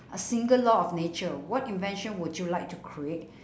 a single law of nature what invention would you like to create